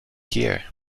here